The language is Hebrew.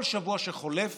כל שבוע שחולף